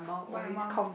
but your mum